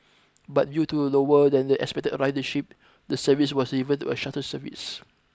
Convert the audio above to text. but due to lower than expected ridership the service was reverted to a shuttle service